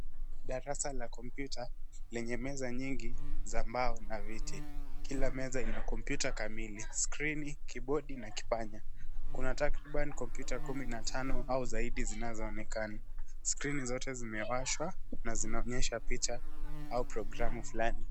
Darasa la kompyuta lenye meza nyingi za mbao na viti. Kila meza ina kompyuta kamili, skrini, kibodi na kipanya. Kuna takriban kompyuta kumi na tano au zaidi zinazoonekana. Skrini zote zimewashwa na zinaonyesha picha au programu fulani.